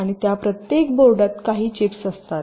आणि या प्रत्येक बोर्डात काही चिप्स असतात